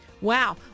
Wow